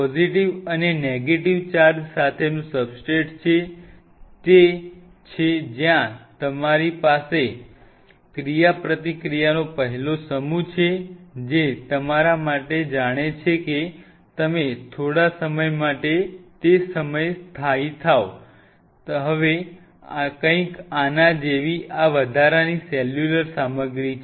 positive અને negative charge સાથેનું substrate તે છે જ્યાં અમારી પાસે ક્રિયાપ્રતિક્રિયાનો પહેલો સમૂહ છે જે તમારા માટે જાણે છે કે તમે થોડા સમય માટે તે સ્થળે સ્થાયી થાઓ હવે કંઈક આના જેવી આ વધારાની સેલ્યુલર સામગ્રી છે